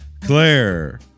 Claire